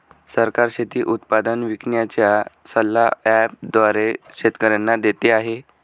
सरकार शेती उत्पादन विकण्याचा सल्ला ॲप द्वारे शेतकऱ्यांना देते आहे